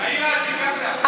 בעיר העתיקה זה הפוך,